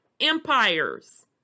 empires